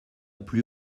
plus